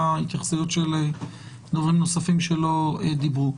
התייחסויות של גורמים נוספים שלא דיבור.